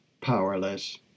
powerless